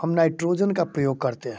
हम नाइट्रोजन का प्रयोग करते हैं